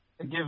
give